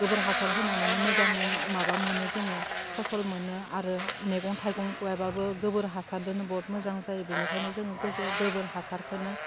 गोबोर हासार होनानैनो मोजां माबा मोनो जोङो फसल मोनो आरो मेगं थाइगं गायबाबो गोबोर हासारजोंनो बुहुत मोजां जायो बिनिखायनो जोङो गोबोर हासारखौनो